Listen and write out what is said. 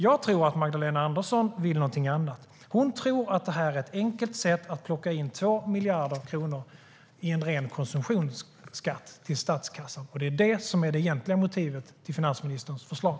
Jag tror att Magdalena Andersson vill någonting annat. Hon tror att det här är ett enkelt sätt att plocka in 2 miljarder kronor i ren konsumtionsskatt till statskassan. Det är det som är det egentliga motivet till finansministerns förslag.